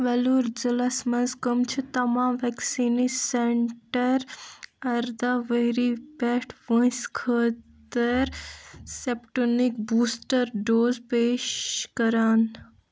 ویٚلور ضِلعس مَنٛز کٕم چھِ تمام ویکسیٖنہٕ سینٹر ارداہ ؤرۍ پٮ۪ٹھ وٲنٛسہِ خٲطر سُپُٹنِک بوٗسٹر ڈوز پیش کَران